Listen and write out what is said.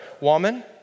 Woman